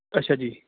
ਅੱਛਾ ਜੀ